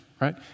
right